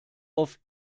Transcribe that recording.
oft